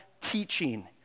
teaching